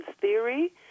theory